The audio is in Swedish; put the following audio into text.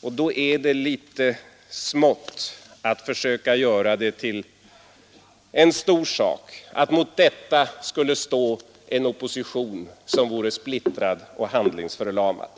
Och då är det litet smått att försöka göra det till en stor sak att mot detta skulle stå en opposition som vore splittrad och handlingsförlamad.